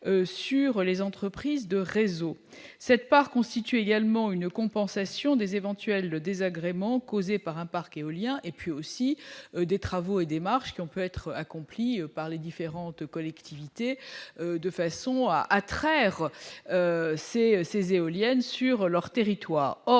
sur les entreprises de réseau cette par constituer également une compensation des éventuels le désagrément causé par un parc éolien et puis aussi des travaux et des marques qui ont pu être accomplis par les différentes collectivités, de façon à à traire ses ces éoliennes sur leur territoire,